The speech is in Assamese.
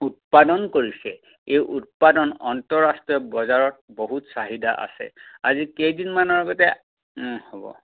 উৎপাদন কৰিছে এই উৎপাদন আন্তঃৰাষ্ট্ৰীয় বজাৰত বহুত চাহিদা আছে আজি কেইদিনমানৰ আগতে অ' হ'ব